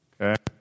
Okay